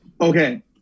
Okay